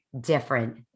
different